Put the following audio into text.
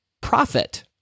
profit